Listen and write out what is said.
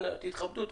אנא תתכבדו,